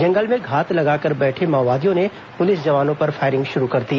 जंगल में घात लगाकर बैठे माओवादियों ने पुलिस जवानों पर फायरिंग शुरू कर दी